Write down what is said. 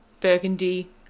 burgundy